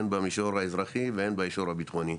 הן במישור האזרחי והן במישור הביטחוני.